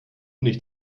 nicht